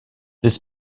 this